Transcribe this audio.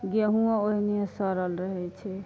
गेहुँओ ओहिने सड़ल रहै छै